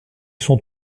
sont